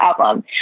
album